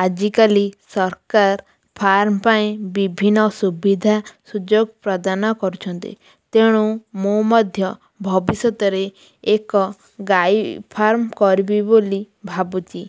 ଆଜିକାଲି ସରକାର ଫାର୍ମ୍ ପାଇଁ ବିଭିନ୍ନ ସୁବିଧା ସୁଯୋଗ ପ୍ରଦାନ କରୁଛନ୍ତି ତେଣୁ ମୁଁ ମଧ୍ୟ ଭବିଷ୍ୟତରେ ଏକ ଗାଈ ଫାର୍ମ୍ କରିବି ବୋଲି ଭାବୁଛି